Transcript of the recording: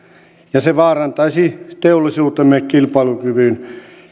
ja se vaarantaisi teollisuutemme kilpailukyvyn